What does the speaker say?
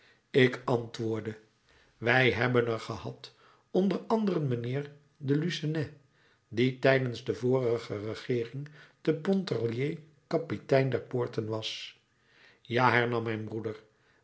ik antwoordde wij hebben er gehad onder anderen mijnheer de lucenet die tijdens de vorige regeering te pontarlier kapitein der poorten was ja hernam mijn broeder